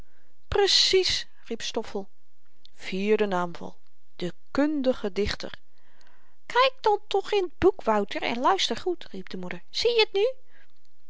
riep stoffel vierde naamval de kundige dichter kyk dan toch in t boek wouter en luister goed riep de moeder zieje t nu